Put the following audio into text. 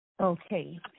Okay